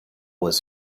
was